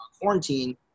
quarantine